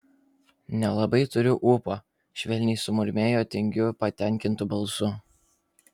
nelabai turiu ūpo švelniai sumurmėjo tingiu patenkintu balsu